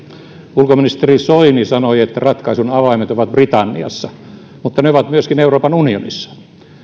ulkoministeri soini sanoi että ratkaisun avaimet ovat britanniassa mutta ne ovat myöskin euroopan unionissa